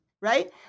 right